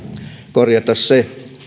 myöskin se